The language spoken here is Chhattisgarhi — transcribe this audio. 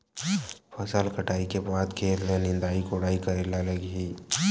फसल कटाई के बाद खेत ल निंदाई कोडाई करेला लगही?